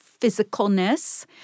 physicalness